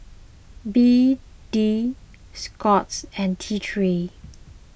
B D Scott's and T three